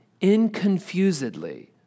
inconfusedly